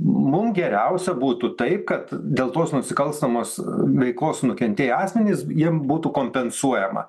mum geriausia būtų tai kad dėl tos nusikalstamos veikos nukentėję asmenys jiem būtų kompensuojama